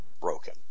broken